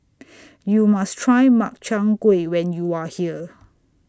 YOU must Try Makchang Gui when YOU Are here